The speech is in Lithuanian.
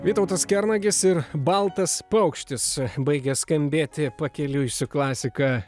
vytautas kernagis ir baltas paukštis baigia skambėti pakeliui su klasika